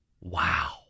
Wow